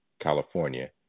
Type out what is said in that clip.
California